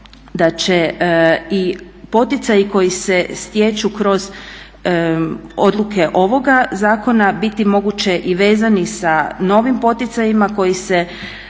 da će i poticaji koji se stječu kroz odluke ovoga zakona biti moguće i vezani sa novim poticajima koji se